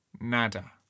Nada